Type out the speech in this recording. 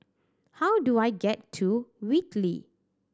how do I get to Whitley